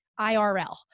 IRL